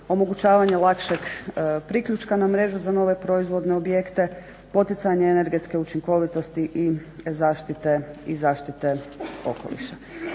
omogućavanje lakšeg priključka na mrežu za nove proizvodne objekte, poticanje energetske učinkovitosti i zaštite okoliša.